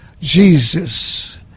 Jesus